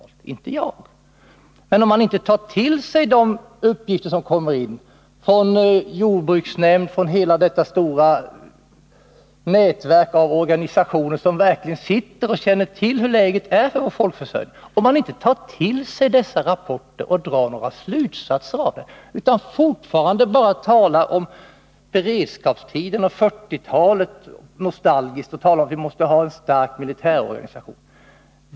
Det får man ju inte klart för sig, om maninte tar tillsig och drar några slutsatser av de rapporter och de uppgifter som kommer från t.ex. jordbruksnämnden och från hela det stora nätverk av organisationer som verkligen känner till hur läget är för folkförsörjningen utan fortfarande bara nostalgiskt talar om beredskapstiden och 1940-talet och om att vi måste ha en stark militär organisation.